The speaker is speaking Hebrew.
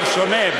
לא, זה כבר שונה.